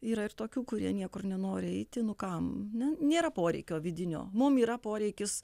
yra ir tokių kurie niekur nenori eiti nu kam ne nėra poreikio vidinio mum yra poreikis